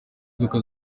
imodoka